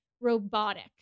Robotic